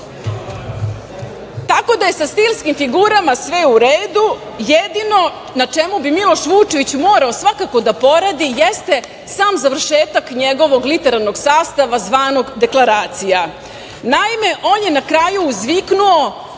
nije. Tako da je sa stilskim figurama sve u redu. Jedino na čemu bi Miloš Vučević morao svakako da poradi jeste sam završetak njegovog literarnog sastava – zvanog deklaracija. Naime, on je na kraju uzviknuo: